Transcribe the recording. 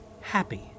happy